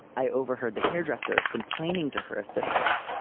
i overheard the hairdresser complaining to her assistant.